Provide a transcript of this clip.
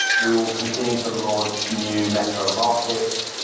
we will continue to launch new metro markets.